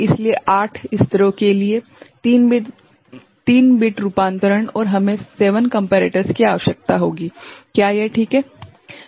इसलिए 8 स्तरों के लिए 3 बिट रूपांतरणऔर हमें 7 कम्पेरेटर्स की आवश्यकता होगी क्या यह ठीक है